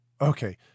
okay